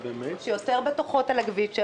הן יותר בטוחות על הכביש.